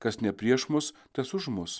kas ne prieš mus tas už mus